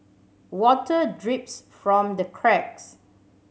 water drips from the cracks